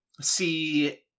See